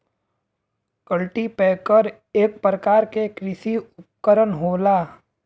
cultipacker एक परकार के कृषि उपकरन होला